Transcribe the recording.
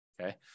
Okay